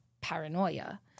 paranoia